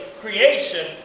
creation